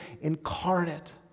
incarnate